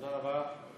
תודה רבה.